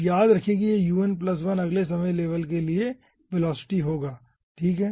अब याद रखें कि यह un1 अगले समय लेवल के लिए वेलोसिटी होगा ठीक है